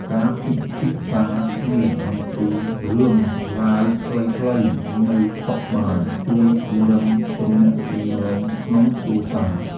ការពិភាក្សាគ្នាអំពីរឿងរ៉ាវខ្លីៗនៅតុបាយ ជួយពង្រឹងទំនាក់ទំនងក្នុងគ្រួសារ។